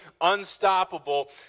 unstoppable